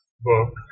book